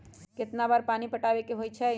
कितना बार पानी पटावे के होई छाई?